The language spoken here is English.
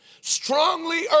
strongly